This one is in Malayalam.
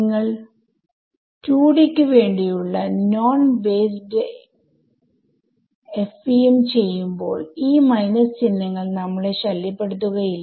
നിങ്ങൾ 2D ക്ക് വേണ്ടിയുള്ള നോഡ് ബേസ്ഡ് FEM ചെയ്യുമ്പോൾ ഈ മൈനസ് ചിഹ്നങ്ങൾ നമ്മളെ ശല്യപ്പെടുത്തുകയില്ല